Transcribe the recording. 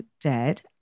Dead